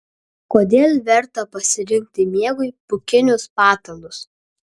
kodėl verta pasirinkti miegui pūkinius patalus